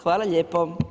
Hvala lijepo.